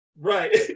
Right